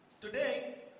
Today